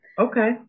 okay